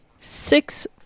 six